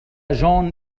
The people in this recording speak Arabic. جون